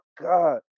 God